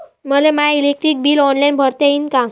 मले my electric bill online भरता येईन का?